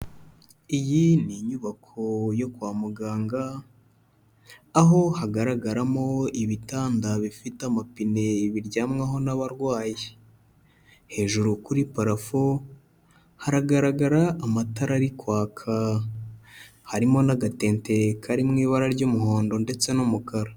Iyi ni inyubako yo kwa muganga, aho hagaragaramo ibitanda bifite amapine biryamwaho n'abarwayi. Hejuru kuri parafo haragaragara amatara ari kwaka. Harimo n'agatente kari mu ibara ry'umuhondo ndetse n'umukara.